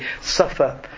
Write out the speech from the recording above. suffer